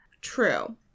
True